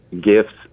gifts